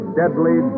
deadly